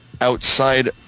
outside